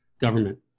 government